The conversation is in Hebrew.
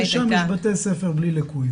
הייתה --- פה ושם יש בתי ספר בלי ליקויים.